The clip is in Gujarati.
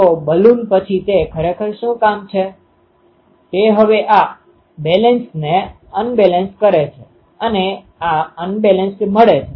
તો બલૂન પછી તે ખરેખર શું કામ છે તે હવે આ બેલેન્સ્ડ ને અનબેલેન્સ કરે છેઅને આ અનબેલેન્સડ મળે છે